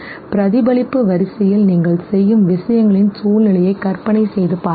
பிரதிபலிப்பு வரிசையில் நீங்கள் செய்யும் விஷயங்களின் சூழ்நிலையை கற்பனை செய்து பாருங்கள்